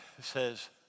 says